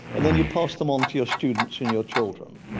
and then you pass them on to your students and your children.